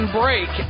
break